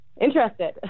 interested